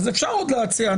אפשר עוד להציע.